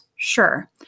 sure